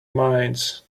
minds